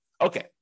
Okay